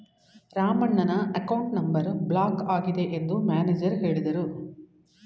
ರಾಮಣ್ಣನ account number block ಆಗಿದೆ ಎಂದು manager ಹೇಳಿದರು